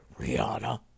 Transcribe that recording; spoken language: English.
Rihanna